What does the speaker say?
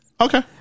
Okay